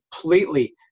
completely